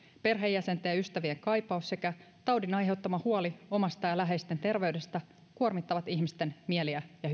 perheenjäsenten ja ystävien kaipaus sekä taudin aiheuttama huoli omasta ja läheisten terveydestä kuormittavat ihmisten mieliä ja